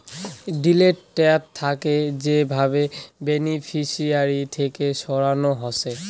delete tab থাকে যে ভাবে বেনিফিশিয়ারি কে সরানো হসে